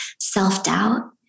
self-doubt